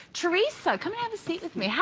teresa, come have a seat with me. yeah